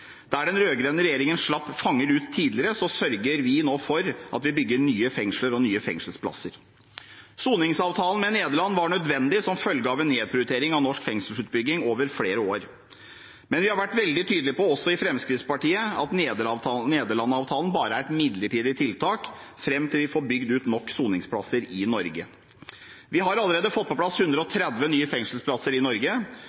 Der den rød-grønne regjeringen slapp fanger ut tidligere, sørger vi nå for at vi bygger nye fengsler og nye fengselsplasser. Soningsavtalen med Nederland var nødvendig som følge av en nedprioritering av norsk fengselsutbygging over flere år. Men vi har vært veldig tydelig på, også i Fremskrittspartiet, at Nederland-avtalen bare er et midlertidig tiltak fram til vi får bygd ut nok soningsplasser i Norge. Vi har allerede fått på plass 130 nye fengselsplasser i Norge, og